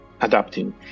adapting